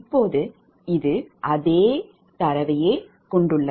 இப்போது இது அதே தரவே ஆகும்